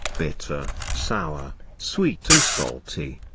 bitter, sour, sweet and salty.